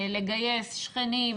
צריך לגייס שכנים,